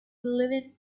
living